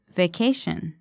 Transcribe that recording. vacation